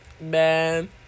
man